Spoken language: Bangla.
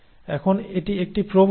এখন এটি একটি প্রবণতা